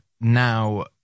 now